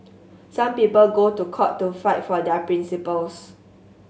some people go to court to fight for their principles